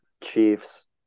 Chiefs